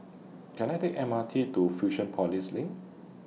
Can I Take M R T to Fusionopolis LINK